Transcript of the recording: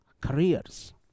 careers